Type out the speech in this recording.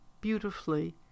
beautifully